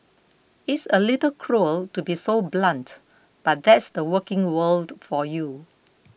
it's a little cruel to be so blunt but that's the working world for you